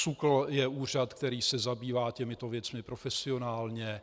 SÚKL je úřad, který se zabývá těmito věcmi profesionálně.